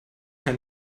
dann